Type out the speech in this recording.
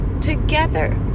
together